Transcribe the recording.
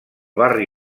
barri